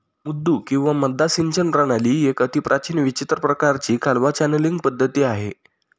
मुद्दू किंवा मद्दा सिंचन प्रणाली एक अतिप्राचीन विचित्र प्रकाराची कालवा चॅनलींग पद्धती आहे